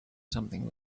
something